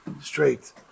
straight